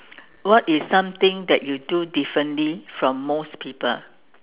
what is something that you do differently from most people